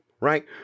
right